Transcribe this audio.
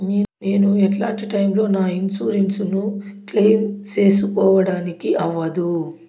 నేను ఎట్లాంటి టైములో నా ఇన్సూరెన్సు ను క్లెయిమ్ సేసుకోవడానికి అవ్వదు?